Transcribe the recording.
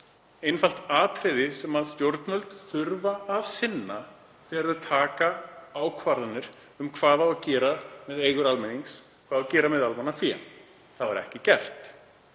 einfalt atriði sem stjórnvöld þurfa að sinna þegar þau taka ákvarðanir um hvað eigi að gera með eigur almennings, með almannafé. Það var ekki gert.